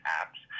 apps